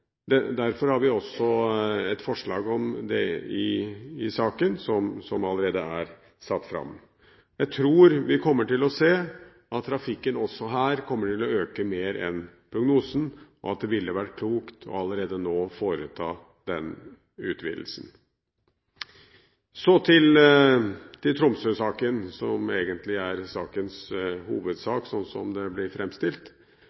til. Derfor har vi også et forslag om det i saken, som allerede er satt frem. Jeg tror at vi kommer til å se at trafikken også her kommer til å øke mer enn prognosen tilsier, og at det ville være klokt allerede nå å foreta den utvidelsen. Når det gjelder Tromsø-saken, som egentlig er sakens